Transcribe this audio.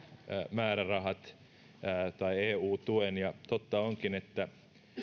määrärahat eu tuen ja totta onkin että